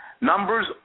numbers